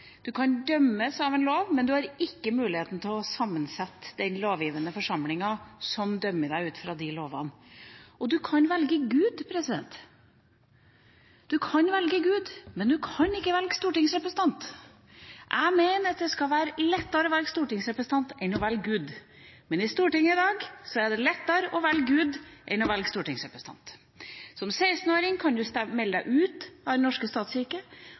har ikke mulighet til å sette sammen den lovgivende forsamlingen som dømmer en ut fra de lovene. Og man kan velge gud, men man kan ikke velge stortingsrepresentant. Jeg mener at det skal være lettere å velge stortingsrepresentant enn å velge gud, men i dag er det lettere å velge gud enn å velge stortingsrepresentant. Som 16-åring kan man melde seg ut av den norske